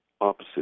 opposite